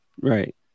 right